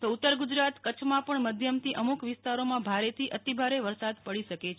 તો ઉત્તર ગુજરાત કચ્છમાં પણ મધ્યમ થી અમુમક વિસ્તારો ભારે થી અતિભારે વરસાદ પાી શકે છે